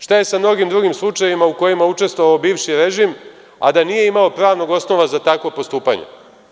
Šta je sa mnogim drugim slučajevima u kojima je učestvovao bivši režim, a da nije imao pravnog osnova za takvo postupanje?